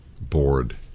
board